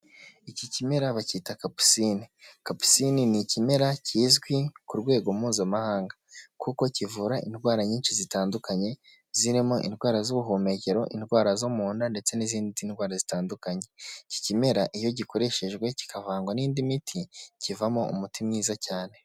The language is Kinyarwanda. Iki kimera bacyita kapusine. Kapusine ni ikimera kizwi ku rwego Mpuzamahanga kuko kivura indwara nyinshi zitandukanye, zirimo indwara z'ubuhumekero, indwara zo mu nda ndetse n'izindi ndwara zitandukanye, iki kimera iyo gikoreshejwe kikavangwa n'indi miti, kivamo umuti mwiza cyane.